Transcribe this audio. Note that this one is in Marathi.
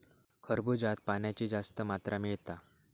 खरबूज्यात पाण्याची जास्त मात्रा मिळता